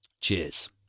Cheers